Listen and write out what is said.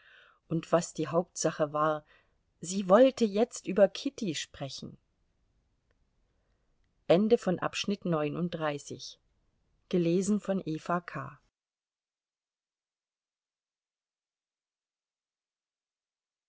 und was die hauptsache war sie wollte jetzt über kitty sprechen